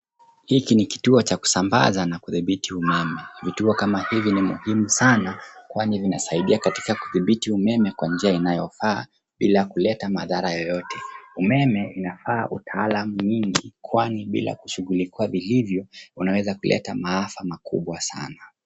Hiki ni kituo cha kusambaza na kutibiti umeme. Vituo kama hivi ni muhimu sana kwani inasaidia katika kutibiti umeme kwa njia inayofaa, bila kuleta matara yoyote. Umeme inavaa utaalam nyingi kwani bila kushughulikiwa vilivyo unaweza kuleta Maafa makubwa sana.